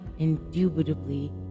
indubitably